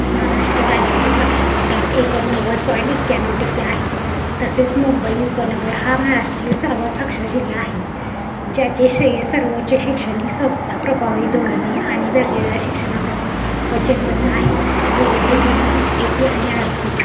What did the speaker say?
महाराष्ट्र राज्याचं साक्षरता दर एकोणनव्वद पॉईंट एक्क्याण्णव टक्के आहे तसेच मुंबई उपनगर हा महाराष्ट्रातील सर्वात साक्षर जिल्हा आहे ज्याचे श्रेय सर्वोच्च शैक्षणिक संस्था प्रभावी धोरणे आणि दर्जेदार शिक्षणासाठी वचनबद्ध आहे वैविध्यपूर्ण संस्कृती आणि आर्थिक